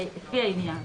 לפי העניין,